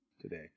today